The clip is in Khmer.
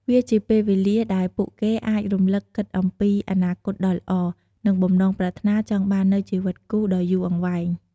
វាជាពេលវេលាដែលពួកគេអាចរំពឹងគិតអំពីអនាគតដ៏ល្អ និងបំណងប្រាថ្នាចង់បាននូវជីវិតគូដ៏យូរអង្វែង។